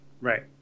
Right